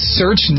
search